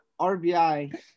RBI